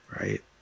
right